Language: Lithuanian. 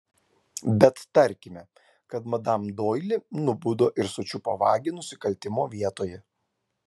bet tarkime kad madam doili nubudo ir sučiupo vagį nusikaltimo vietoje